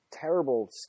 terrible